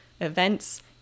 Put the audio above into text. events